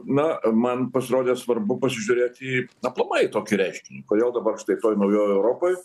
na man pasirodė svarbu pasižiūrėti į aplamai tokį reiškinį kodėl dabar štai toj naujoj europoj